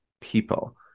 people